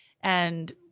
And-